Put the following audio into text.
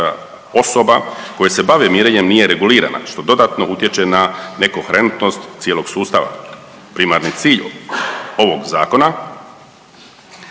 osoba koje se bave mirenjem nije regulirana što dodatno utječe na nekoherentnost cijelog sustava. Primarni cilj ovog zakona